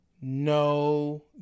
no